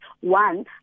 one